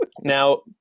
now